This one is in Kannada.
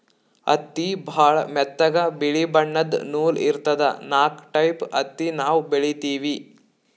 ಹತ್ತಿ ಭಾಳ್ ಮೆತ್ತಗ ಬಿಳಿ ಬಣ್ಣದ್ ನೂಲ್ ಇರ್ತದ ನಾಕ್ ಟೈಪ್ ಹತ್ತಿ ನಾವ್ ಬೆಳಿತೀವಿ